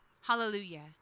hallelujah